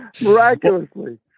Miraculously